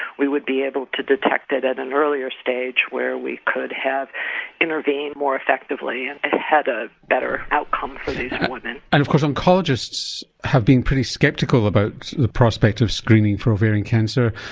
we would be able to detect it at an earlier stage where we could have intervened more effectively and had a better outcome for these women. and of course oncologists have been pretty sceptical about the prospect of screening for ovarian cancer,